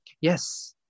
Yes